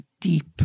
deep